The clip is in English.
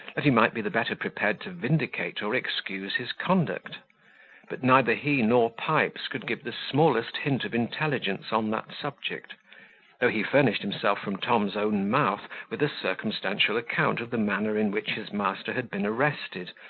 that he might be the better prepared to vindicate or excuse his conduct but neither he nor pipes could give the smallest hint of intelligence on that subject though he furnished himself from tom's own mouth with a circumstantial account of the manner in which his master had been arrested,